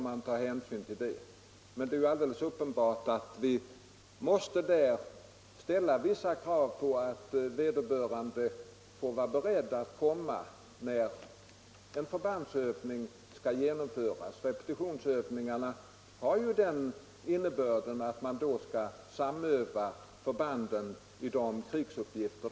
Men det är alldeles uppenbart att vi måste ställa vissa krav på att vederbörande skall vara beredd att komma när en förbandsövning skall genomföras. Repetitionsövningarna har ju den innebörden att förbandet då skall samövas i sina krigsuppgifter.